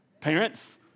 Parents